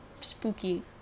spooky